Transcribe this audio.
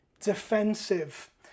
defensive